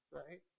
right